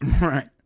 Right